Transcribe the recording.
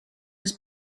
his